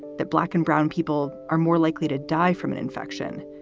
the black and brown people are more likely to die from an infection,